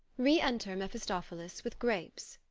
re-enter mephistophilis with grapes.